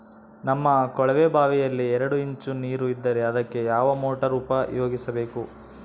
ನಮ್ಮ ಕೊಳವೆಬಾವಿಯಲ್ಲಿ ಎರಡು ಇಂಚು ನೇರು ಇದ್ದರೆ ಅದಕ್ಕೆ ಯಾವ ಮೋಟಾರ್ ಉಪಯೋಗಿಸಬೇಕು?